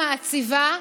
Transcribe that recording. מעציבה.